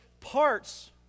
parts